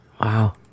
Wow